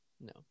No